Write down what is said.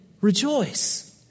rejoice